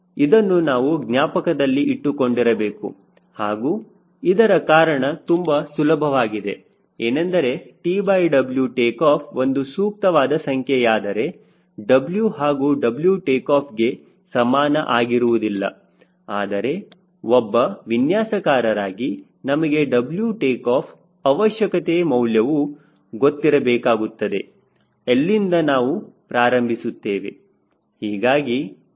ಇದನ್ನು ನಾವು ಜ್ಞಾಪಕದಲ್ಲಿ ಇಟ್ಟುಕೊಂಡಿರಬೇಕು ಹಾಗೂ ಇದರ ಕಾರಣ ತುಂಬಾ ಸುಲಭವಾಗಿದೆ ಏನೆಂದರೆ TW ಟೇಕಾಫ್ ಒಂದು ಸೂಕ್ತವಾದ ಸಂಖ್ಯೆ ಯಾದರೆ W ಹಾಗೂ W ಟೇಕಾಫ್ಗೆ ಸಮಾನ ಆಗಿರುವುದಿಲ್ಲ ಆದರೆ ಒಬ್ಬ ವಿನ್ಯಾಸಕಾರರಾಗಿ ನಮಗೆ W ಟೇಕಾಫ್ ಅವಶ್ಯಕತೆ ಮೌಲ್ಯವು ಗೊತ್ತಿರಬೇಕಾಗುತ್ತದೆ ಎಲ್ಲಿಂದ ನಾವು ಪ್ರಾರಂಭಿಸುತ್ತೇವೆ